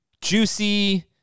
juicy